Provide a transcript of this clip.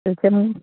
बेखौनो